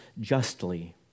justly